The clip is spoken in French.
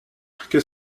qu’est